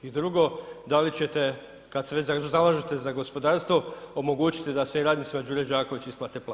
I drugo, da li ćete, kad se već zalažete za gospodarstvo, omogućiti da se i radnicima Đure Đakovića isplate plaće?